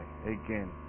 again